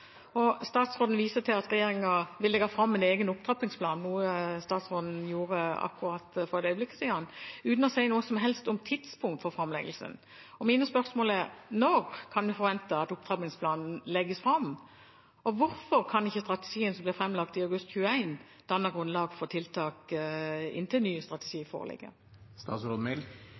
og forebygge vold og overgrep. Statsråden viste for et øyeblikk siden til at regjeringen vil legge fram en egen opptrappingsplan, uten å si noe som helst om tidspunkt for framleggelsen. Mine spørsmål er: Når kan vi forvente at opptrappingsplanen legges fram? Hvorfor kan ikke strategien som ble lagt fram i august 2021, danne grunnlag for tiltak inntil ny strategi